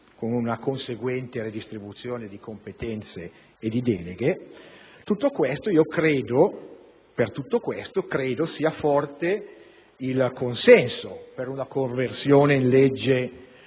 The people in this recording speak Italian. con una conseguente redistribuzione di competenze e deleghe; per questo motivo, ritengo sia forte il consenso per la conversione in legge